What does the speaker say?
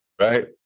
Right